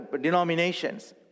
denominations